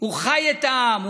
הוא חי את העם,